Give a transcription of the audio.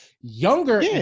younger